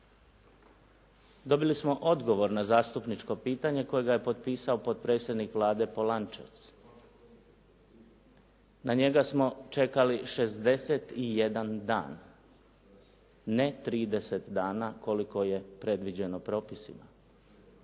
Dobili smo odgovor na zastupničko pitanje kojega je potpisao potpredsjednik Vlade Polančec. Na njega smo čekali 61 dan, ne 30 dana koliko je predviđeno propisima,